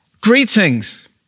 Greetings